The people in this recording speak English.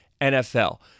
NFL